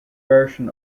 version